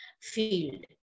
field